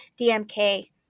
DMK